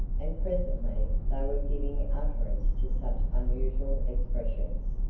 and presently they were giving utterance to such unusual expressions,